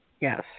Yes